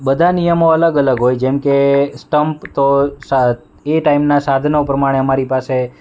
બધા નિયમો અલગ અલગ હોય જેમકે સ્ટ્મ્સ તો એ ટાઈમના સાધનો પ્રમાણે અમારી પાસે